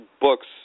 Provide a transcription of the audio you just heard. books